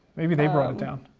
maybe they brought it down.